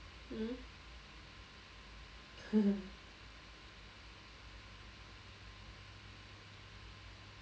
mm